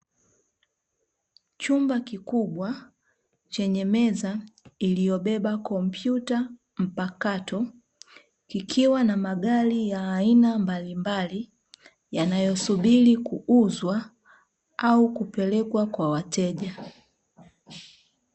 Chumba kikubwa chenye meza iliyobeba kompyuta mpakato, ikiwa na magari ya aina mbalimbali yanayosubiri kuuzwa au kupelekwa kwa wateja.